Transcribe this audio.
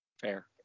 Fair